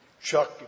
Chuck